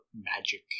magic